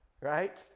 right